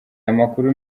amakuru